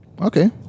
Okay